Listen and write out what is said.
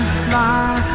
fly